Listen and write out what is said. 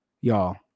Y'all